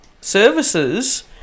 services